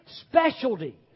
specialty